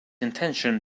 intention